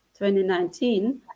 2019